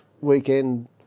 weekend